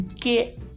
get